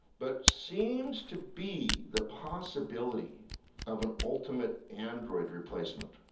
but seems to be the possibility of an ultimate android replacement,